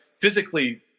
physically